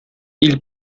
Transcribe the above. ils